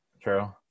True